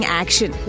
action